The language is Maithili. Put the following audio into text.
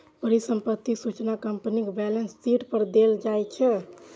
परिसंपत्तिक सूचना कंपनीक बैलेंस शीट पर देल जाइ छै